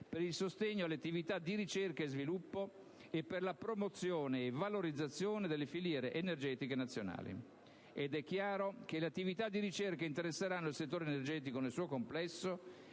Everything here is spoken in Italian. per il sostegno alle attività di ricerca e sviluppo e per la promozione e valorizzazione delle filiere energetiche nazionali. Ed è chiaro che le attività di ricerca interesseranno il settore energetico nel suo complesso